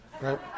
right